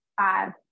five